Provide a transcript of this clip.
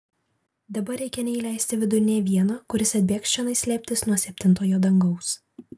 dabar reikia neįleisti vidun nė vieno kuris atbėgs čionai slėptis nuo septintojo dangaus